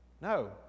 No